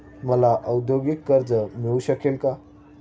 मला औद्योगिक कर्ज मिळू शकेल का?